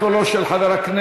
אני מוסיף את קולו של חבר הכנסת